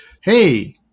hey